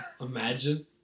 Imagine